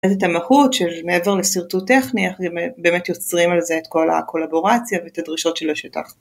אז את המהות של מעבר לשרטוט טכני, איך באמת יוצרים על זה את כל הקולבורציה ואת הדרישות של השטח.